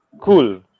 cool